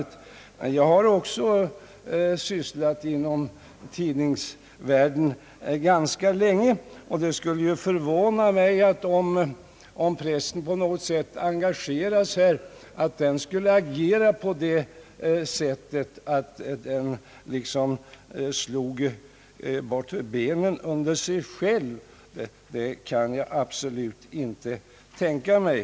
Jag har också ganska länge sysslat inom tidningsvärlden, och det skulle förvåna mig, om pressen vid ett eventuellt engagemang skulle agera på det sättet, att den liksom slog bort benen under sig själv — det kan jag absolut inte tänka mig.